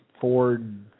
Ford